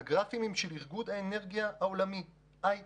אלה גרפים של איגוד האנרגיה העולמי, IEA,